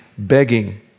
begging